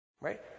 Right